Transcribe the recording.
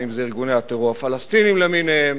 אם ארגוני הטרור הפלסטיניים למיניהם,